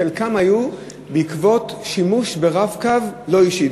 חלקם היו בעקבות שימוש ב"רב-קו" לא אישי.